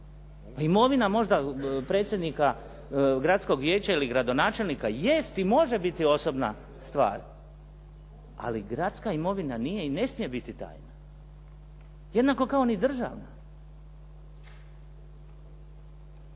Imovina možda predsjednika Gradskog vijeća ili gradonačelnika jest i može biti osobna stvar ali gradska imovina nije i ne smije biti tajna, jednako kao ni državna.